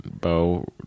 Bo